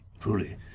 truly